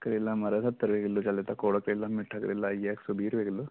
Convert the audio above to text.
करेला महाराज सत्तर रपेऽ किल्लो चलै'रदा कोड़ा करेला मिट्ठा करेला आई गेआ इक सौ बीह् रपेऽ किल्लो